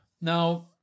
Now